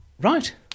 Right